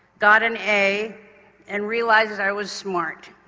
got an a and realised that i was smart.